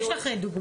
יש לך דוגמה?